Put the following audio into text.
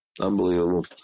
unbelievable